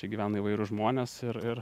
čia gyvena įvairūs žmonės ir ir